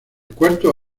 cuarto